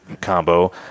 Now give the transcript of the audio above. combo